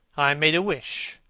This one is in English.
i made a wish,